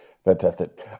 Fantastic